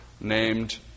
named